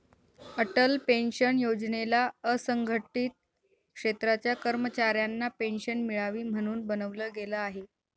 Atal pension योजनेला असंघटित क्षेत्राच्या कर्मचाऱ्यांना पेन्शन मिळावी, म्हणून बनवलं गेलं आहे